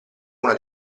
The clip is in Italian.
una